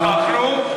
לא שוחחנו,